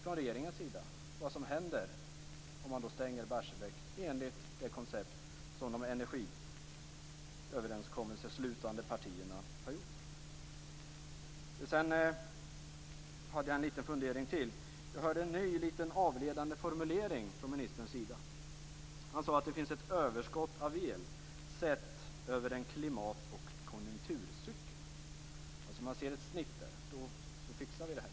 Kan vi få en analys av vad som händer om man stänger Barsebäck enligt det koncept som de energiöverenskommelseslutande partierna har? Sedan har jag en annan fundering. Jag hörde en ny liten avledande formulering från ministerns sida. Han sade att det finns ett överskott av el, sett över en klimat och konjunkturcykel. Om man ser till ett snitt, så fixar vi det här.